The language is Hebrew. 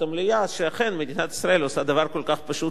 שאכן מדינת ישראל עושה דבר כל כך פשוט וטריוויאלי,